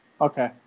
Okay